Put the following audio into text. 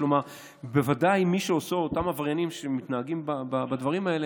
כלומר בוודאי שאותם עבריינים שמתנהגים בדברים האלה,